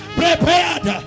prepared